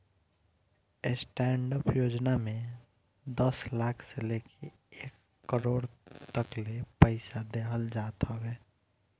stand up योजना में दस लाख से लेके एक करोड़ तकले पईसा देहल जात हवे